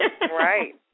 right